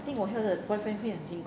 I think 我交的 boyfriend 会很辛苦